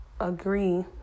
agree